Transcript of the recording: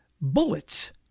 Bullets